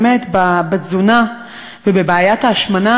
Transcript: בתזונה ובבעיית ההשמנה